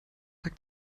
tag